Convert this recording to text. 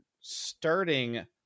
starting